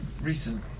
recent